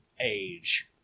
age